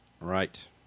Right